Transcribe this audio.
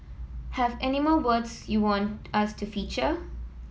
have any more words you want us to feature